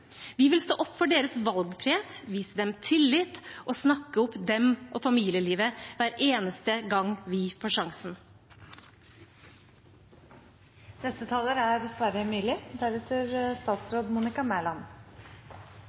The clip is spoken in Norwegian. Vi vil stå opp for deres valgfrihet, vise dem tillit og snakke opp familiene og familielivet hver eneste gang vi får